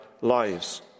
lives